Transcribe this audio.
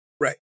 Right